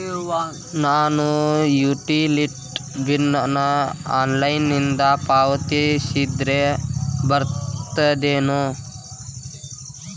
ನಾನು utility bill ನ ಆನ್ಲೈನಿಂದ ಪಾವತಿಸಿದ್ರ ಬರ್ತದೇನು?